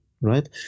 right